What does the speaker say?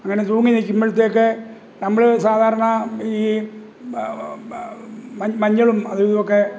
അങ്ങനെ തൂങ്ങി നിൽക്കുമ്പോഴത്തേക്ക് നമ്മൾ സാധാരണ ഈ മ മ മഞ്ഞളും അതു ഇതുമൊക്കെ